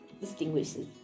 distinguishes